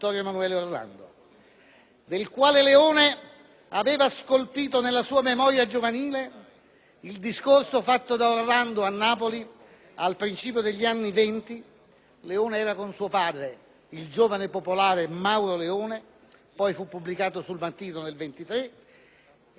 del quale Leone aveva scolpito nella sua memoria giovanile il discorso fatto a Napoli al principio degli anni Venti (Leone era con suo padre, il giovane popolare Mauro Leone) e che poi fu pubblicato su «Il Mattino» del 1923. Il succo